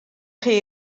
chi